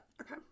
Okay